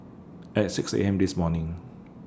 At six A M This morning